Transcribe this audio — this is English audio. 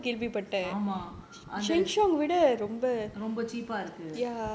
பாத்தீங்களா ஆமா:paatheengala aama